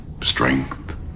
strength